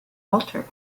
walter